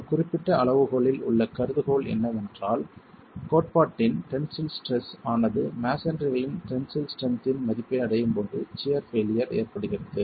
இந்த குறிப்பிட்ட அளவுகோலில் உள்ள கருதுகோள் என்னவென்றால் கோட்பாட்டின் டென்சில் ஸ்ட்ரெஸ் ஆனது மஸோன்றிகளின் டென்சில் ஸ்ட்ரென்த் இன் மதிப்பை அடையும் போது சியர் பெய்லியர் ஏற்படுகிறது